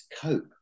cope